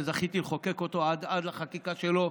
שזכיתי לחוקק אותו עד לחקיקה שלו,